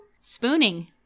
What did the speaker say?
Spooning